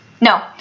no